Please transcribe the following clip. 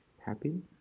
happy